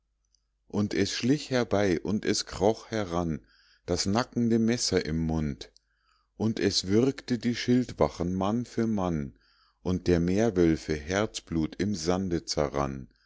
und es schlich herbei und es kroch heran das nackende messer im mund und es würgte die schildwachen mann für mann und der meerwölfe herzblut im sande zerrann